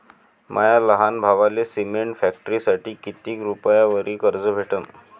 माया लहान भावाले सिमेंट फॅक्टरीसाठी कितीक रुपयावरी कर्ज भेटनं?